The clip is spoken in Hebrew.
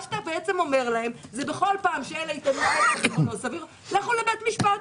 אתה אומר: בכל פעם שאלה יטענו לא סביר - לכו לבית משפט.